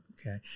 Okay